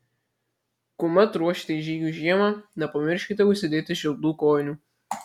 kuomet ruošiatės žygiui žiemą nepamirškite užsidėti šiltų kojinių